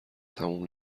تموم